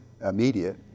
immediate